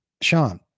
Sean